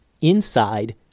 Inside